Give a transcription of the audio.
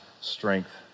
strength